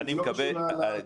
זה לא קשור --- גור,